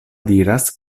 diras